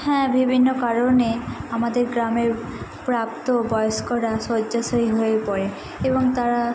হ্যাঁ বিভিন্ন কারণে আমাদের গ্রামের প্রাপ্তবয়েস্করা শয্যাশায়ী হয়ে পড়ে এবং তারা